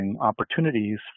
opportunities